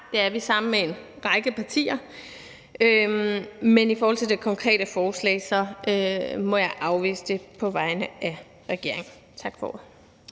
det er vi sammen med en række partier, men i forhold til det konkrete forslag må jeg afvise det på vegne af regeringen. Tak for